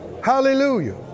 Hallelujah